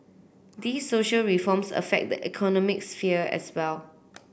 these social reforms affect the economic sphere as well